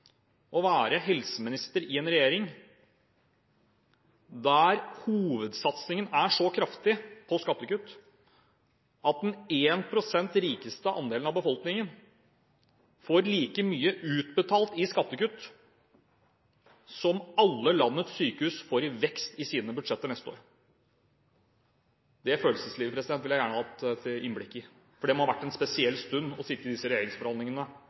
å være helseminister i en regjering der hovedsatsingen er så kraftig på skattekutt at den 1 pst. rikeste andelen av befolkningen får like mye utbetalt i skattekutt som alle landets sykehus får i vekst i sine budsjetter neste år. Det følelseslivet skulle jeg gjerne hatt et innblikk i, for det må ha vært en spesiell stund å sitte i disse regjeringsforhandlingene